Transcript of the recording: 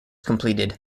completed